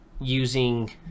using